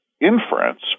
inference